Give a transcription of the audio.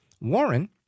Warren